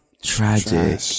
Tragic